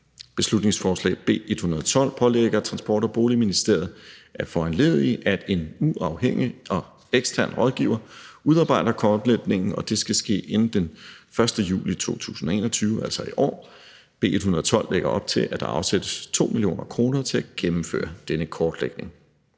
Beslutningsforslag nr. B 112 pålægger Transport- og Boligministeriet at foranledige, at en uafhængig og ekstern rådgiver udarbejder kortlægningen, og det skal ske inden den 1. juli 2021, altså i år. B 112 lægger op til, at der afsættes 2 mio. kr. til at gennemføre denne kortlægning.